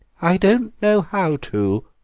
i don't know how to,